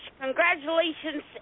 congratulations